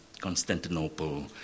Constantinople